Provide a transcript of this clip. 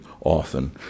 often